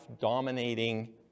dominating